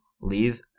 Leave